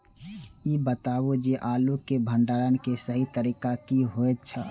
ई बताऊ जे आलू के भंडारण के सही तरीका की होय छल?